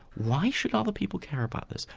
why should other people care about this?